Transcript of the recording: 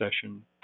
session